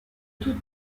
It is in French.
tout